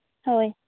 ᱦᱳᱭ